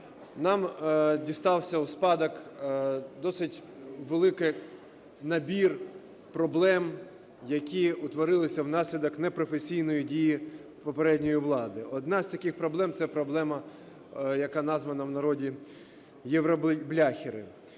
Нам дістався у спадок досить великий набір проблем, які утворилися внаслідок непрофесійної дії попередньої влади. Одна з таких проблем – це проблема, яка названа в народі "євробляхери".